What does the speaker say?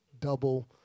double